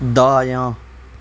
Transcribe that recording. دایاں